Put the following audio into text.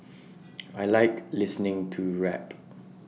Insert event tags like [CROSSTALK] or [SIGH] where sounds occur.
[NOISE] I Like listening to rap